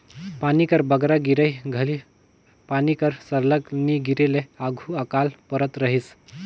पानी कर बगरा गिरई घनी पानी कर सरलग नी गिरे ले आघु अकाल परत रहिस